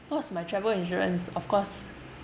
what's my travel insurance of course